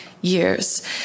years